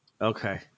Okay